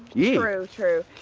yeah true, true.